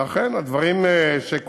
ואכן, הדברים שקורים,